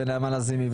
ונעמה לזימי,